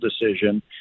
decision